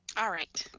all right,